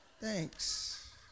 thanks